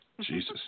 Jesus